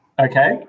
Okay